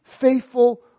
faithful